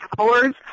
hours